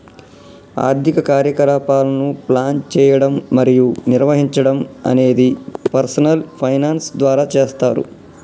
ఆర్థిక కార్యకలాపాలను ప్లాన్ చేయడం మరియు నిర్వహించడం అనేది పర్సనల్ ఫైనాన్స్ ద్వారా చేస్తరు